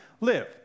live